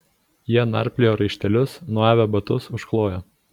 jie narpliojo raištelius nuavę batus užklojo